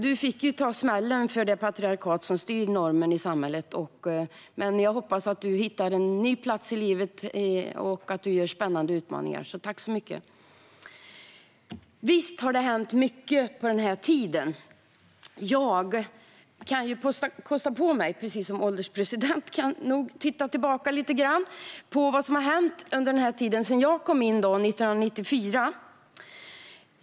Du fick ju ta smällen av det patriarkat som styr normen i samhället, men jag hoppas att du hittar en ny plats i livet och får spännande utmaningar. Tack så mycket! Visst har det hänt mycket under denna tid. Jag kan ju kosta på mig att, precis som ålderspresidenten nog kan göra, titta tillbaka lite grann på vad som har hänt sedan jag kom in 1994.